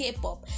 K-Pop